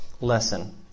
lesson